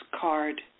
card